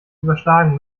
überschlagen